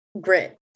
grit